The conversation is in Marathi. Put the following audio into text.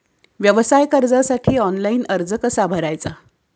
व्यवसाय कर्जासाठी ऑनलाइन अर्ज कसा भरायचा?